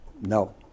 No